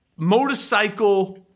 Motorcycle